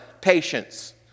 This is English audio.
patience